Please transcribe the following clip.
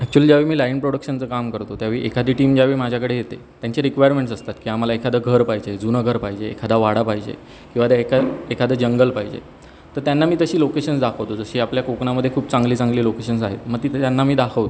actually जेव्हा मी line प्रोडक्शनचं काम करतो त्यावेळी एखादी टीम ज्यावेळी माझ्याकडे येते त्यांची रिक्वायरमेंट्स असतात की आम्हाला एखादं घर पाहिजे जुनं घर पाहिजे एखादा वाडा पाहिजे किंवा त्या एका एखादं जंगल पाहिजे तर त्यांना मी तशी लोकेशन्स दाखवतो जशी आपल्या कोकणामध्ये खूप चांगली चांगली लोकेशन्स आहेत मग तिथं मी त्यांना दाखवतो